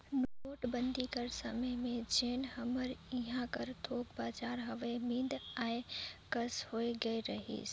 नोटबंदी कर समे में जेन हमर इहां कर थोक बजार हवे मंदी आए कस होए गए रहिस